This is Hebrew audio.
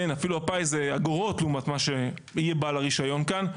אפילו הפיס זה אגורות לעומת מה שיהיה בעל הרישיון כאן.